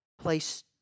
place